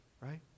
right